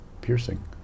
piercing